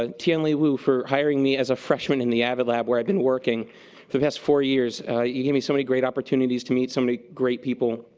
ah tien lee wu for hiring me as a freshman in the avid lab where i'd been working for the past four years. he gave me so many great opportunities to meet so many great people.